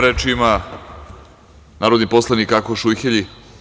Reč ima narodni poslanik Akoš Ujhelji.